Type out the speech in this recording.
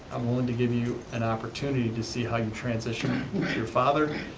i'm willing to give you an opportunity to see how you transition with your father,